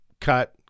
cut